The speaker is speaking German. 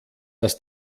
dass